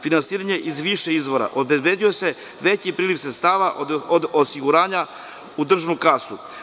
Finansiranjem iz više izvora obezbeđuje se veći priliv sredstava od osiguranja u državnu kasu.